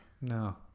no